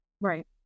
Right